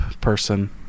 person